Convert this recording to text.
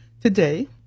today